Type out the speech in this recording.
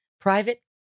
Private